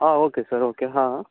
ಹಾಂ okay sir okay ಹಾಂ